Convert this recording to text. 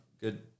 Good